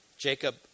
Jacob